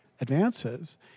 advances